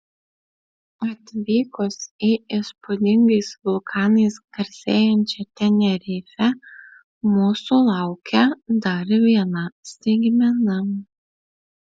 atvykus į įspūdingais vulkanais garsėjančią tenerifę mūsų laukė dar viena staigmena